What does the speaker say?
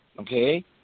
okay